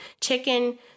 chicken